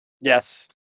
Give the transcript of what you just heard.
yes